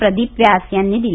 प्रदीप व्यास यांनी दिली